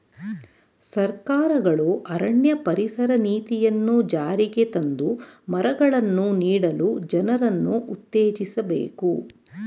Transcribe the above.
ಸರ್ಕಾರಗಳು ಅರಣ್ಯ ಪರಿಸರ ನೀತಿಯನ್ನು ಜಾರಿಗೆ ತಂದು ಮರಗಳನ್ನು ನೀಡಲು ಜನರನ್ನು ಉತ್ತೇಜಿಸಬೇಕು